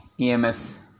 EMS